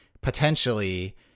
potentially